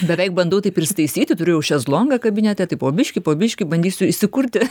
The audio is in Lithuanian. beveik bandau taip ir įsitaisyti turiu jau šezlongą kabinete tai po biškį po biškį bandysiu įsikurti